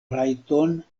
rajton